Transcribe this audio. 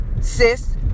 sis